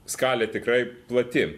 skalė tikrai plati